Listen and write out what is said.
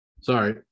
Sorry